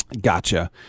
Gotcha